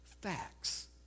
facts